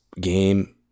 game